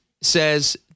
says